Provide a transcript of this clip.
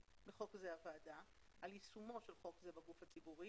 (בחוק זה הוועדה) על יישומו של חוק זה בגוף הציבורי,